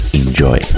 enjoy